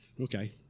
Okay